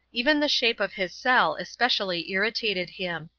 even the shape of his cell especially irritated him.